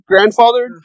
grandfathered